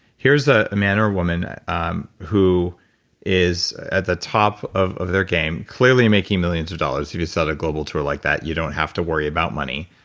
here's ah a man or woman um who is at the top of of their game, clearly making millions of dollars. if you sell a global tour like that, you don't have to worry about money,